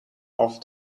off